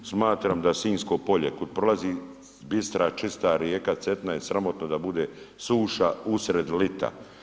Smatram da Sinjsko polja kud prolazi bistra, čista rijeka Cetina je sramotno da bude suša usred ljeta.